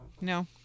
No